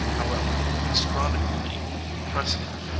however histrionically proficient,